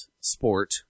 sport